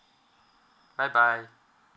bye bye